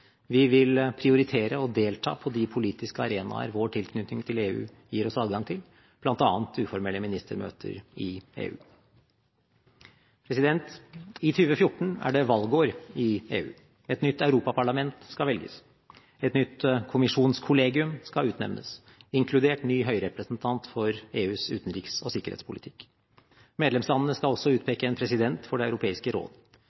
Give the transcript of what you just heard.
Vi vil prioritere å delta på de politiske arenaer vår tilknytning til EU gir oss adgang til, bl.a. uformelle ministermøter i EU. I 2014 er det valgår i EU. Et nytt europaparlament skal velges. Et nytt kommisjonskollegium skal utnevnes, inkludert ny høyrepresentant for EUs utenriks- og sikkerhetspolitikk. Medlemslandene skal også utpeke en president for Det europeiske råd.